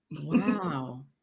Wow